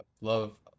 love